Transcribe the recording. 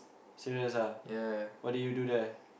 serious ah what did you do there